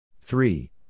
three